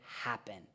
happen